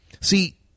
See